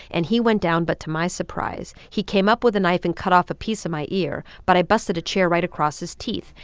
and he went down, but to my surprise he came up with a knife and cut off a piece of my ear. but i busted a chair right across his teeth,